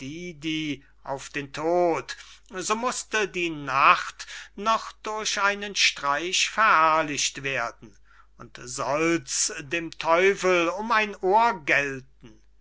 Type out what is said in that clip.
auf den tod so mußte die nacht noch durch einen streich verherrlicht werden und sollt's dem teufel um ein ohr gelten